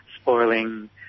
spoiling